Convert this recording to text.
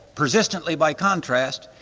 persistently by contrast,